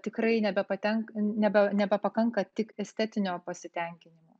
tikrai nebepatenka nebe nebepakanka tik estetinio pasitenkinimo